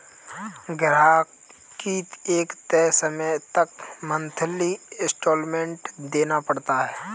ग्राहक को एक तय समय तक मंथली इंस्टॉल्मेंट देना पड़ता है